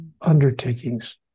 undertakings